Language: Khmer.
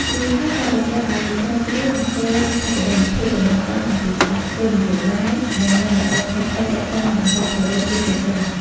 រួចហើយក៏តម្រូវឱ្យ ស្រាវជ្រាវ និងធ្វើបច្ចុប្បន្នភាពចំណេះដឹងអំពីច្បាប់ គោលនយោបាយ និងនិន្នាការថ្មីៗទាក់ទងនឹងអន្តោប្រវេសន៍ជាប្រចាំ។